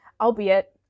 albeit